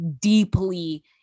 deeply